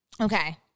Okay